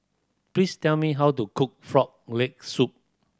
please tell me how to cook Frog Leg Soup